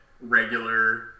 regular